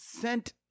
sent